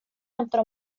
hämtar